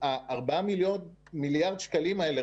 ארבעה מיליארד שקלים אלה,